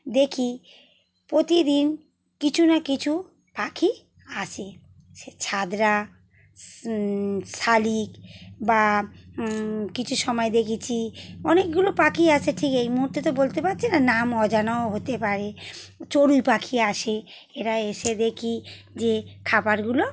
দেখি প্রতিদিন কিছু না কিছু পাখি আসে সে ছাতরা শালিক বা কিছু সময় দেখেছি অনেকগুলো পাখি আসে ঠিক এই মুহূর্তে তো বলতে পারছি না নাম অজানাও হতে পারে চড়ুই পাখি আসে এরা এসে দেখি যে খাবারগুলো